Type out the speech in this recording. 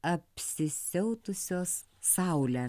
apsisiautusios saule